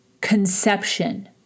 conception